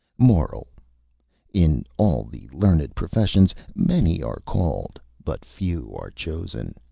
moral in all the learned professions, many are called but few are chosen.